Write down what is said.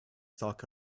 talk